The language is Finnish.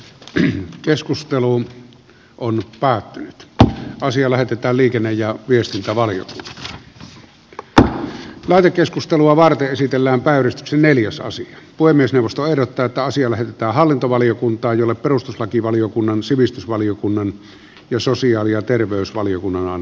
ryhmän keskusteluun on nyt päättynyt asia lähetetään liikenne ja viestintä valiot kattaa vaatekeskustelua varten esitellään päivystyksen neliosasi puhemiesneuvosto ehdottaa että asia lähetetään hallintovaliokuntaan jolle perustuslakivaliokunnan sivistysvaliokunnan ja sosiaali ja terveysvaliokunnan